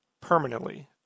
permanently